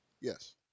Yes